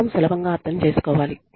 నియమం సులభంగా అర్థం చేసుకోవాలి